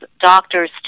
doctors